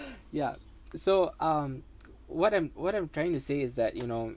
yeah so um what I'm what I'm trying to say is that you know